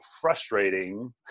frustrating